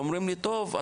אומרים לי טוב,